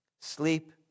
Sleep